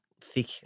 Thick